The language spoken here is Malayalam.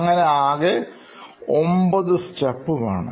അങ്ങനെ ആകെ 9 വേണം